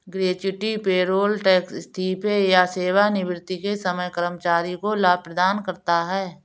gratuity payroll tax इस्तीफे या सेवानिवृत्ति के समय कर्मचारी को लाभ प्रदान करता है